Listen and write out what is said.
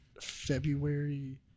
February